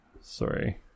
Sorry